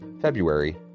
February